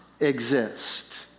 exist